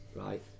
right